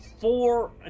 four